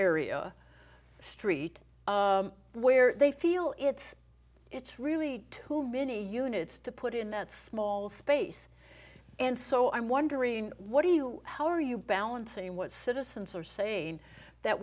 area street where they feel it's it's really too many units to put in that small space and so i'm wondering what do you how are you balancing what citizens are saying that